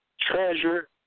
Treasure